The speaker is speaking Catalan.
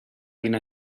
quina